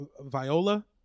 Viola